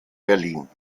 berlin